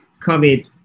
COVID